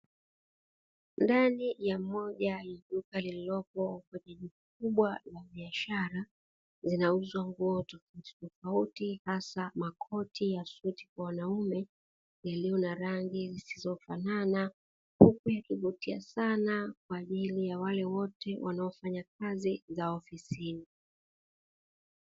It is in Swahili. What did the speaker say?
Ndani ya moja ya duka lililopo kwenye mji mkubwa wa biashara, zinauzwa nguo tofauti tofauti hasa makoti ya suti kwa kiume yaliyo na rangi zisizofanana, huku yakivutia sana kwa ajili ya wale wote wanaofanya kazi za ofisini.